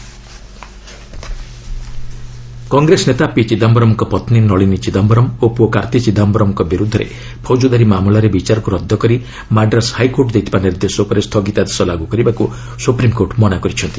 SC Chidambaram Congress ନେତା ପିଚିଦାୟରମ୍ଙ୍କ ପତ୍ନୀ ନଳିନୀ ଚିଦାୟରମ୍ ଓ ପୁଅ କାର୍ତ୍ତି ଚିଦାୟରମ୍ଙ୍କ ବିରୁଦ୍ଧରେ ଫୌକଦାରୀ ମାମଲାରେ ବିଚାରକୁ ରଦ୍ଧ କରି ମାଡ୍ରାସ୍ ହାଇକୋର୍ଟ ଦେଇଥିବା ନିର୍ଦ୍ଦେଶ ଉପରେ ସ୍ଥଗିତାଦେଶ ଲାଗୁ କରିବାକୁ ସ୍ତ୍ରପିମକୋର୍ଟ ମନା କରିଛନ୍ତି